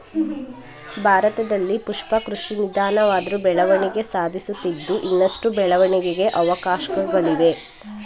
ಭಾರತದಲ್ಲಿ ಪುಷ್ಪ ಕೃಷಿ ನಿಧಾನವಾದ್ರು ಬೆಳವಣಿಗೆ ಸಾಧಿಸುತ್ತಿದ್ದು ಇನ್ನಷ್ಟು ಬೆಳವಣಿಗೆಗೆ ಅವಕಾಶ್ಗಳಿವೆ